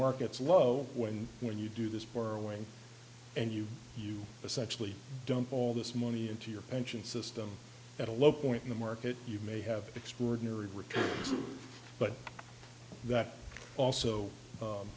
market's low when when you do this borrowing and you you essentially dump all this money into your pension system at a low point in the market you may have extraordinary returns but that also